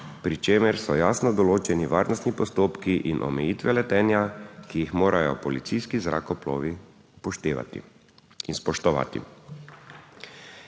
pri čemer so jasno določeni varnostni postopki in omejitve letenja, ki jih morajo policijski zrakoplovi upoštevati in spoštovati.